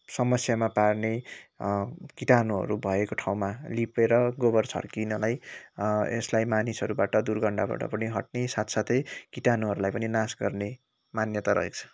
समस्यामा पार्ने किटाणुहरू भएको ठाउँमा लिपेर गोबर छर्किनलाई यसलाई मानिसहरूबाट दुर्गन्धबाट पनि हट्ने साथसाथै किटाणुहरूलाई पनि नाश गर्ने मान्यता रहेको छ